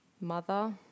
mother